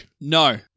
No